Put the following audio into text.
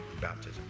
Baptism